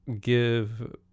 give